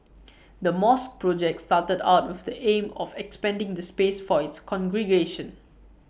the mosque project started out with the aim of expanding the space for its congregation